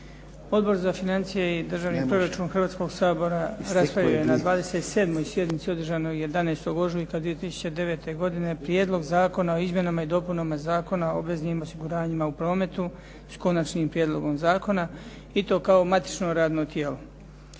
Odbor za financije i državni proračun Hrvatskog sabora raspravio je na 27. sjednici održanoj 11. ožujka 2009. godine Prijedlog zakona o izmjenama i dopunama Zakona o obveznim osiguranjima u prometu s Konačnim prijedlogom zakona i to kao matično radno tijelo.